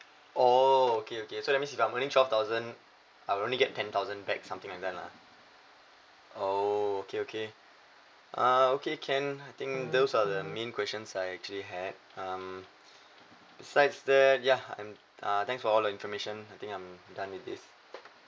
oh okay okay so that means if I'm earning twelve thousand I only get ten thousand back something like that lah oh okay okay uh okay can I think those are the main questions I actually had um besides that yeah and uh thanks for all information I think I'm done with this